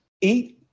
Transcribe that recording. eat